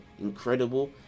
incredible